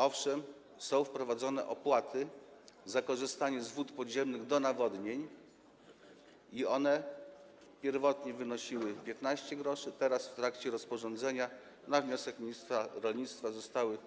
Owszem, są wprowadzone opłaty za korzystanie z wód podziemnych do nawodnień, one pierwotnie wynosiły 15 gr, teraz, w wyniku rozporządzenia, na wniosek ministra rolnictwa zostały